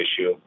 issue